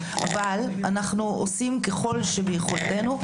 אבל אנחנו עושים ככל שביכולתנו,